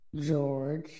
George